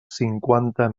cinquanta